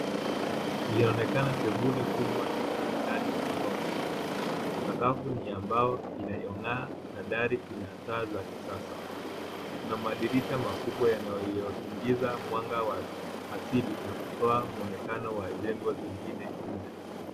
Ikionekana sebule kubwa tupu ndani ya ghorofa , sakafu ni ya mbao inayong'aa na dari zina taa za kisasa kuna madirisha makubwa yanayoiingiza mwanga wa asili na kutoa muonekano wa jengo lingine nje.